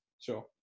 sure